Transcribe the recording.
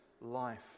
life